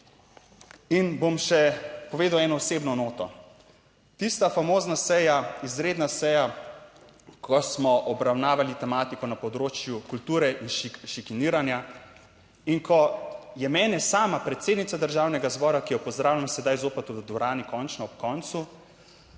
In bom še povedal eno osebno noto. Tista famozna seja, izredna seja, ko smo obravnavali tematiko na področju kulture in šikaniranja in ko je mene sama predsednica Državnega zbora, ki jo pozdravljam sedaj zopet v dvorani končno ob koncu,